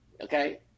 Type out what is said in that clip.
Okay